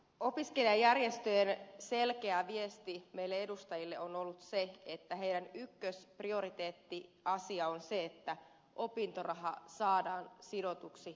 opiskelijajärjestöjen selkeä viesti meille edustajille on ollut se että heidän ykkösprioriteettiasiansa on se että opintoraha saadaan sidotuksi elinkustannusindeksiin